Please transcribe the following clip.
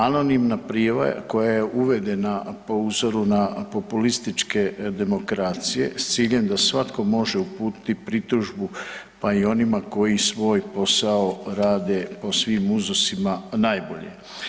Anonimna prijava koja je uvedena po uzoru na populističke demokracije s ciljem da svatko može uputiti pritužbu pa i onima koji svoj posao rade po svim uzusima najbolje.